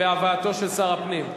בהבאתו של שר הפנים?